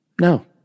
no